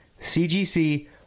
CGC